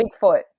Bigfoot